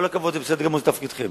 כל הכבוד, זה בסדר גמור, זה תפקידכם,